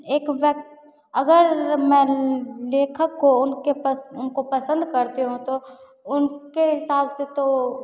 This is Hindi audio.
एक वक अगर मैं लेखक को उनके उनको पसन्द करती हूँ तो उनके हिसाब से तो